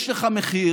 יש לך מחיר.